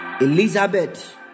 Elizabeth